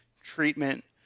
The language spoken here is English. treatment